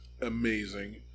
amazing